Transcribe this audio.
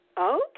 Okay